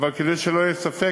אבל כדי שלא יהיה ספק,